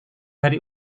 hari